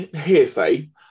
hearsay